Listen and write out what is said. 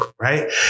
right